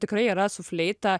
tikrai yra su fleita